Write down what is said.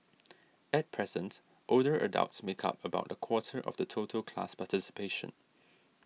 at present older adults make up about a quarter of the total class participation